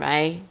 Right